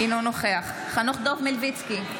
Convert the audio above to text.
אינו נוכח חנוך דב מלביצקי,